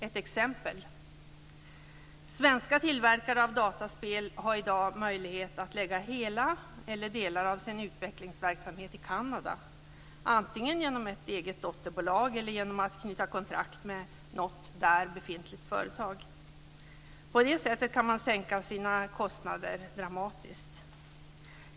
Ett exempel: Svenska tillverkare av dataspel har i dag möjlighet att lägga hela eller delar av sin utvecklingsverksamhet i Kanada, antingen i ett eget dotterbolag eller genom att skriva kontrakt med något där befintligt företag. På det sättet kan man sänka sina kostnader dramatiskt.